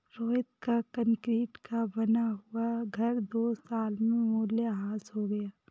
रोहित का कंक्रीट का बना हुआ घर दो साल में मूल्यह्रास हो गया